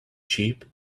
sheep